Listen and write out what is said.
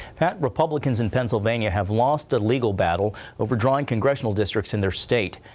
pat, republicans in pennsylvania have lost a legal battle over drawing congressional districts in their state.